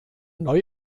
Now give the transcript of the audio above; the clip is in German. neu